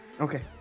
Okay